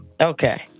Okay